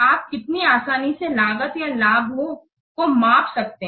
आप कितनी आसानी से लागत या लाभों को माप सकते हैं